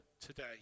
today